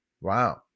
Wow